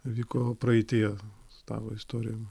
vyko praeityje su tavo istorijom